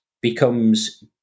becomes